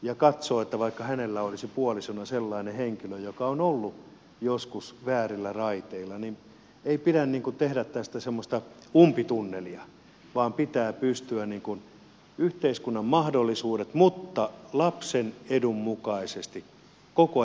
täytyy katsoa että vaikka hänellä olisi puolisona sellainen henkilö joka on ollut joskus väärillä raiteilla niin ei pidä tehdä tästä semmoista umpitunnelia vaan pitää pystyä yhteiskunnan mahdollisuudet ottamaan huomioon mutta lapsen edun mukaisesti koko ajan pitää toimia